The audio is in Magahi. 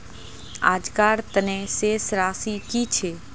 आजकार तने शेष राशि कि छे?